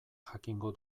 jakingo